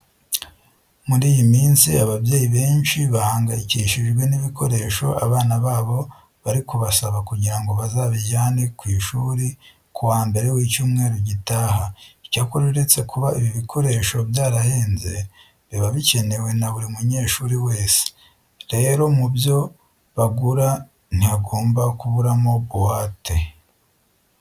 Muri iyi minsi ababyeyi benshi bahangayikishijwe n'ibikoresho abana babo bari kubasaba kugira ngo bazabijyane ku ishuri ku wa mbere w'icyumweru gitaha. Icyakora uretse kuba ibi bikoresho byarahenze, biba bikenewe na buri munyeshuri wese. Rero mu byo bagura ntihagomba kuburamo buwate.